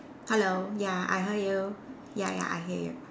hello ya I hear you ya ya I hear you